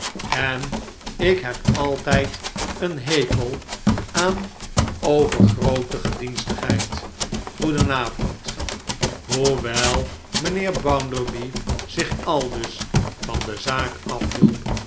en ik heb altijd een hekel aan overgroote gedienstigheid goedenavond hoewel mijnheer bounderby zich aldus van de zaak afhielp